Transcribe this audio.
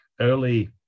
early